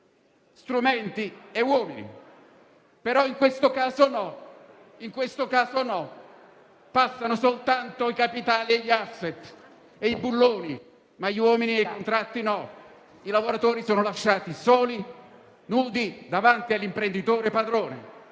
strumenti e uomini, però in questo caso no: passano soltanto i capitali, gli *asset* e i bulloni, ma gli uomini e i contratti; i lavoratori sono lasciati soli e nudi davanti all'imprenditore padrone,